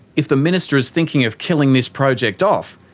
if the minister is thinking of killing this project off,